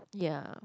ya